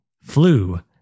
*Flu*